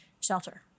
shelter